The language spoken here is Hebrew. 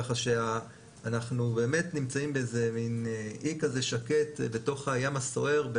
ככה שאנחנו באמת נמצאים באיזה מן אי כזה שקט בתוך הים הסוער.